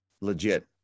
legit